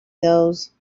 those